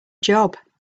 job